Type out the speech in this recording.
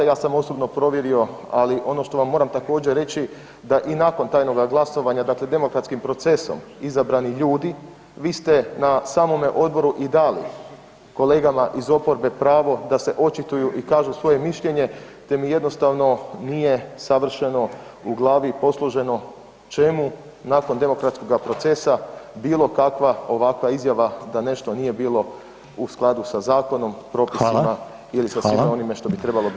Ja sam osobno provjerio, ali ono što vam moram također reći da i nakon tajnoga glasovanja, dakle demokratskim procesom izabrani ljudi, vi ste na samome odboru i dali kolegama iz oporbe pravo da se očituju i kažu svoje mišljenje, te mi jednostavno nije savršeno u glavi posloženo čemu nakon demokratskoga procesa bilo kakva ovakva izjava da nešto nije bilo u skladu sa zakonom, propisima ili sa svime onome što bi trebalo biti